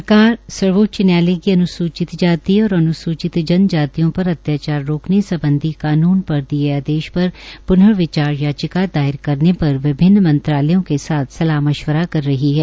सरकार सर्वोच्च न्यायालय के अन्सूचित जाति और अन्सूचित जातियों पर अत्याचार रोकने सम्बधी कानून पर दिए आदेश पर पुर्नविचार याचिका दायर करने पर विभिन्न मंत्रालयों के साथ सलाह मशवरा कर रही है